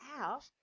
out